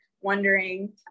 wondering